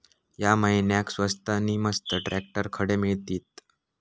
या महिन्याक स्वस्त नी मस्त ट्रॅक्टर खडे मिळतीत?